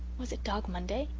was it dog monday?